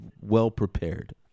well-prepared